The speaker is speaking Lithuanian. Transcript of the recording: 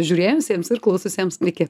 žiūrėjusiems ir klaususiems iki